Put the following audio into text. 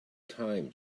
time